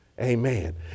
Amen